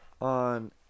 on